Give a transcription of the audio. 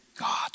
God